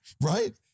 right